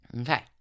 Okay